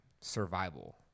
Survival